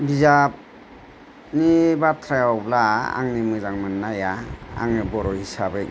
बिजाबनि बाथ्रायावब्ला आंनि मोजांमोन्नाया आङो बर' हिसाबै